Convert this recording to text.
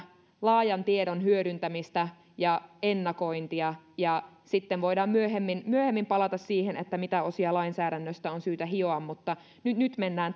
laajan tiedon hyödyntämistä ja ennakointia ja sitten voidaan myöhemmin myöhemmin palata siihen mitä osia lainsäädännöstä on syytä hioa mutta nyt mennään